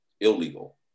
illegal